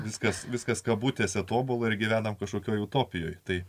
viskas viskas kabutėse tobula ir gyvename kažkokioje utopijoje tai